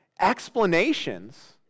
explanations